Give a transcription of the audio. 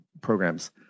programs